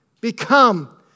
become